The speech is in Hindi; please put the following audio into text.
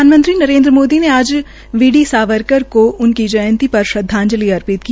प्रधानमंत्री नरेन्द्र मोदी ने आज वी डी सावरकार को उनकी जंयती पर श्रदवाजंलि अर्पितकी